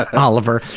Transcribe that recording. ah oliver.